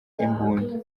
imbunda